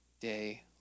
day